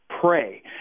pray